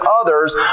others